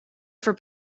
for